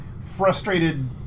frustrated